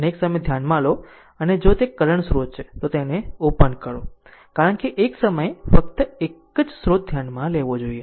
એક સમય ધ્યાનમાં લો અને જો તે કરંટ સ્રોત છે તો તેને તેને ઓપન કરો કારણ કે એક સમયે ફક્ત એક જ સ્રોત ધ્યાનમાં લેવો જોઈએ